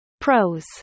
Pros